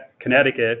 Connecticut